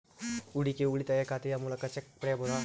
ಹೂಡಿಕೆಯ ಉಳಿತಾಯ ಖಾತೆಯ ಮೂಲಕ ಚೆಕ್ ಪಡೆಯಬಹುದಾ?